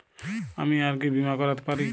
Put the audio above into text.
আমি আর কি বীমা করাতে পারি?